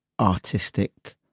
artistic